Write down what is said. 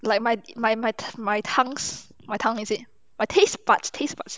like my my my tongues my tongue is it my taste buds taste buds